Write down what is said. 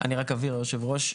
היושבת-ראש,